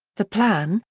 the plan,